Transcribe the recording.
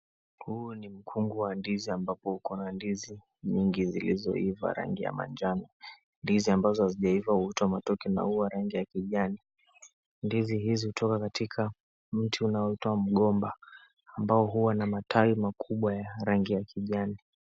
Huu ni mkungu wa ndizi ambapo uko na ndizi nyingi zilizoiva rangi ya manjano. Ndizi ambazo hazijaiva huitwa matoke na huwa rangi ya kijani. Ndizi hizi hutoka katika mti unaoitwa mgomba ambao huwa na matawi makubwa ya rangi ya kijani.